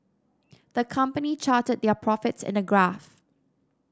the company charted their profits in a graph